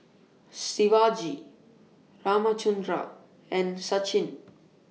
Shivaji Ramchundra and Sachin